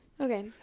Okay